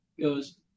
goes